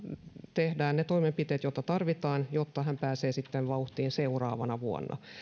tehdään ne toimenpiteet joita tarvitaan jotta hän pääsee sitten vauhtiin seuraavana vuonna